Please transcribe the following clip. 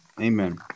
Amen